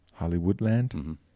Hollywoodland